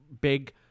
big